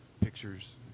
pictures